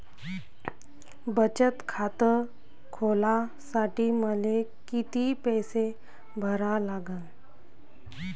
बचत खात खोलासाठी मले किती पैसे भरा लागन?